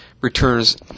returns